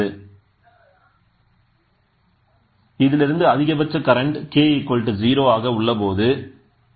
இதனை மீண்டும் இவ்வாறு எழுதலாம் இதிலிருந்து அதிகபட்ச கரண்ட் k0 ஆக உள்ளபோது இருந்தது